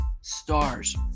Stars